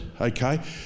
okay